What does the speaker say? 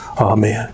Amen